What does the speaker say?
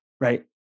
Right